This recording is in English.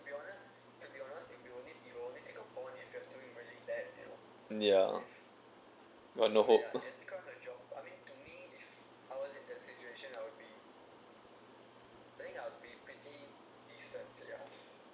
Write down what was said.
yeah but no hope